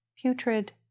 Putrid